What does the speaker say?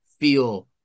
feel